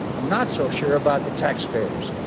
i'm not so sure about the taxpayers.